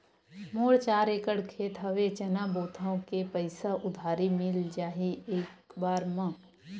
मोर चार एकड़ खेत हवे चना बोथव के पईसा उधारी मिल जाही एक बार मा?